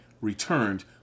returned